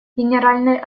генеральной